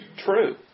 True